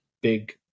big